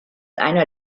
einer